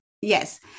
Yes